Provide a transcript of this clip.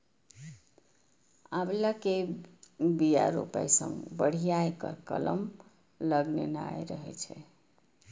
आंवला के बिया रोपै सं बढ़िया एकर कलम लगेनाय रहै छै